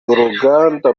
uruganda